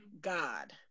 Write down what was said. God